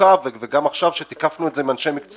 מורכב וגם עכשיו כשתיקפנו את זה עם אנשי מקצוע,